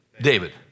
David